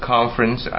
conference